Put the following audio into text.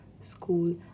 School